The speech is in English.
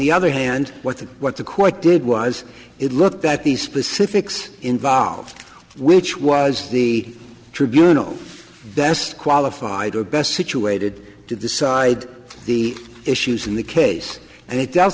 the other hand what the what the court did was it looked at the specifics involved which was the tribunal best qualified or best situated to decide the issues in the case and it does